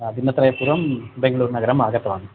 दिनत्रयपूर्वं बेङ्ग्लूर्नगरम् आगतवान्